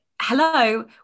hello